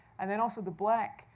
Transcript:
and then also the black,